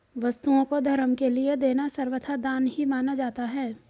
वस्तुओं को धर्म के लिये देना सर्वथा दान ही माना जाता है